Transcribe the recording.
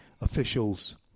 officials